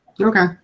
Okay